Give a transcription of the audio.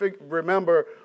remember